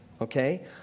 okay